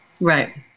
Right